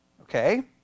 Okay